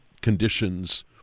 conditions